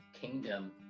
kingdom